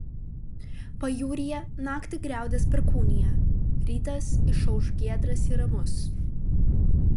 pajūryje naktį griaudės perkūnija rytas išauš giedras ir ramus